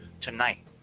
tonight